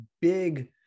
big